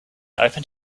opened